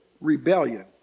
rebellion